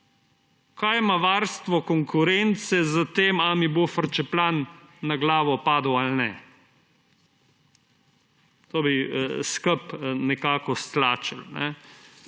Kaj ima varstvo konkurence s tem, ali mi bo frčeplan na glavo padel ali ne. To bi skupaj nekako stlačili.